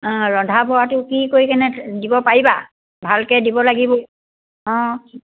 অঁ ৰন্ধা বঢ়াটো কি কৰি কেনে দিব পাৰিবা ভালকৈ দিব লাগিব অঁ